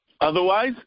otherwise